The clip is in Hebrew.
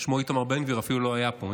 שמו איתמר בן גביר, אפילו לא היה פה.